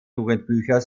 jugendbücher